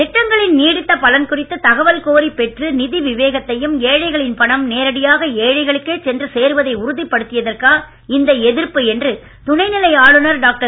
திட்டங்களின் நீடித்த பலன் குறித்து தகவல் கோரிப் பெற்று நிதி விவேகத்தையும் ஏழைகளின் பணம் நேரடியாக ஏழைகளுக்கே சென்று சேருவதை உறுதிப் படுத்தியதற்காகவா இந்த எதிர்ப்பு என்று துணைநிலை ஆளுனர் டாக்டர்